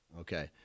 Okay